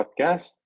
podcast